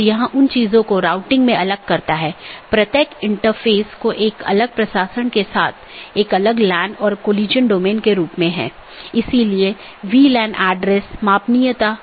अगर जानकारी में कोई परिवर्तन होता है या रीचचबिलिटी की जानकारी को अपडेट करते हैं तो अपडेट संदेश में साथियों के बीच इसका आदान प्रदान होता है